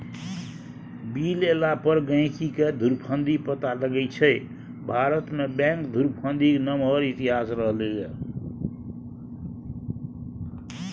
bill एला पर गहिंकीकेँ धुरफंदी पता लगै छै भारतमे बैंक धुरफंदीक नमहर इतिहास रहलै यै